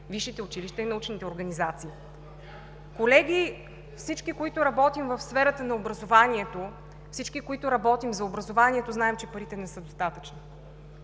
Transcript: висшите училища и научните организации. Колеги, всички, които работим в сферата на образованието, всички, които работим за образованието, знаем, че парите не са достатъчни.